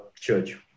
church